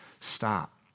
stop